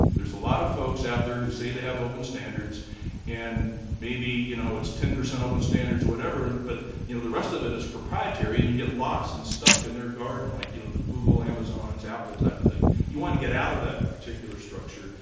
there's a lot of folks out there who say they have open standards and maybe, you know, it's ten percent open standards or whatever, but, you know, the rest of it is proprietary and you get lost and stuck in their garden like, you know, the google, amazons, apple type of thing. you want to get out of that particular structure,